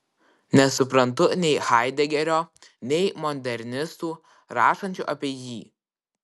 nesuprantu nei haidegerio nei modernistų rašančių apie jį